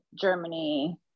Germany